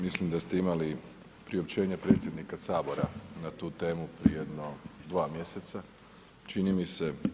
Mislim da ste imali priopćenje predsjednika Sabora na tu temu prije jedno 2 mjeseca, čini mi se.